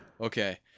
Okay